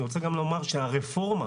אני גם לומר שהרפורמה